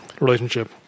relationship